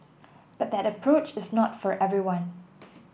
but that approach is not for everyone